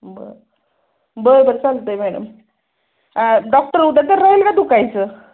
बरं बरं बरं चालतं आहे मॅडम डॉक्टर उद्या तर राहील का दुखायचं